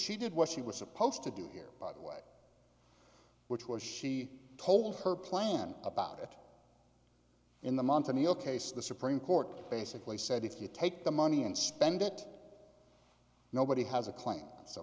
she did what she was supposed to do here by the way which was she told her plan about it in the month in your case the supreme court basically said if you take the money and spend it nobody has a claim